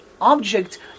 Object